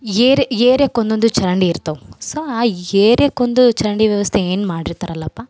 ಏರೆ ಏರ್ಯಾಕೊಂದೊಂದು ಚರಂಡಿ ಇರ್ತವೆ ಸೊ ಆ ಏರಿಯಾಕೊಂದು ಚರಂಡಿ ವ್ಯವಸ್ಥೆ ಏನು ಮಾಡಿರ್ತಾರಲಪ್ಪಾ